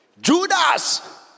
Judas